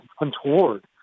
untoward